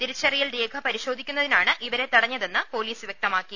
തിരിച്ചറിയൽ രേഖ പരിശോധി ക്കുന്നതിനാണ് ഇവരെ തടഞ്ഞതെന്ന് പൊലീസ് വ്യക്തമാക്കി